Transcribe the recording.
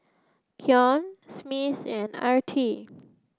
Keon Smith and Artie